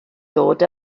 ddod